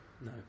No